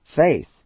faith